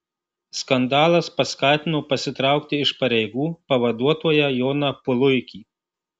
skandalas paskatino pasitraukti iš pareigų pavaduotoją joną puluikį